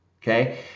Okay